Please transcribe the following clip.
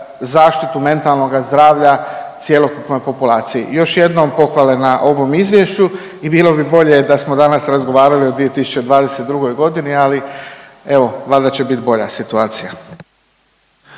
zaštitu mentalnoga zdravlja cjelokupnoj populaciji. Još jednom pohvale na ovom izvješću i bilo bi bolje da smo danas razgovarali o 2022. godini, ali evo valjda će biti bolja situacija.